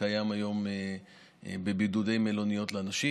שקיים היום בבידודי מלוניות לאנשים.